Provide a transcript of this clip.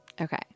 Okay